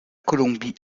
colombie